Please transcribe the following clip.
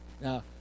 Now